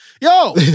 Yo